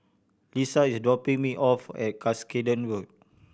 Lissa is dropping me off at Cuscaden Road